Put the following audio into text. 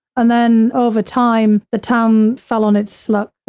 and then, over time, the town fell on its luck,